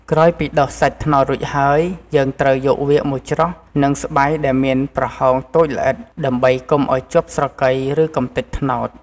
ក្រោយពីដុសសាច់ត្នោតរួចហើយ យើងត្រូវយកវាមកច្រោះនឹងស្បៃដែលមានប្រហោងតូចល្អិត ដើម្បីកុំឱ្យជាប់ស្រកី ឬកម្ទេចត្នោត។